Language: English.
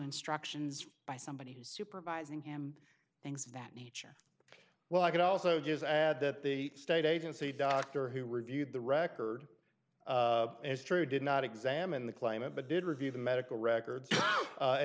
instructions by somebody who's supervising him thanks for that nature well i could also just add that the state agency doctor who reviewed the record it's true did not examine the claimant but did review the medical records